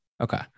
Okay